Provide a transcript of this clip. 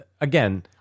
Again